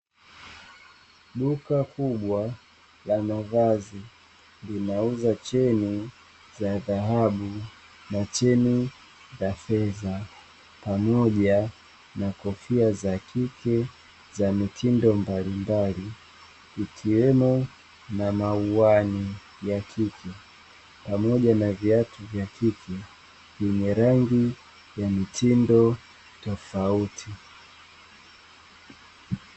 Duka kubwa la mavazi linauza cheni za dhahabu na cheni za fedha, pamoja na kofia za kike za mitindo mbalimbali ikiwemo na mawani ya kike, pamoja na viatu vya kike vyenye rangi vya mitindo tofauti.